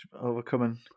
overcoming